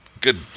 good